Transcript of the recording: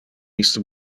iste